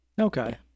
Okay